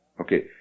Okay